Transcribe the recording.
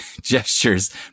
gestures